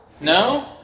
No